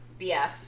BF